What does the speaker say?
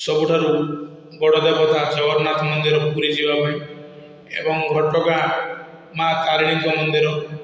ସବୁଠାରୁ ବଡ଼ କଥା ଜଗନ୍ନାଥ ମନ୍ଦିରକୁ ପୁରୀ ଯିବା ପାଇଁ ଏବଂ ଘଟଗାଁ ମା' ତାରିଣୀଙ୍କ ମନ୍ଦିର